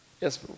Yes